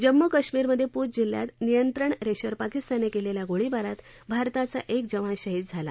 जम्म् कश्मीरमधे पूंछ जिल्ह्यात नियंत्रण रेषेवर पाकिस्ताननं केलेल्या गोळीबारात आरताचा एक जवान शहीद झाला